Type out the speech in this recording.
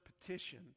petition